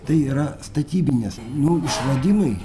tai yra statybinės nu išradimai